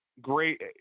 Great